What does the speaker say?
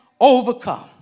overcome